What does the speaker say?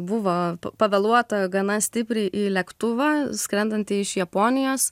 buvo pavėluota gana stipriai į lėktuvą skrendantį iš japonijos